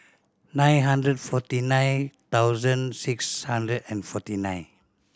nine hundred forty nine thousand six hundred and forty nine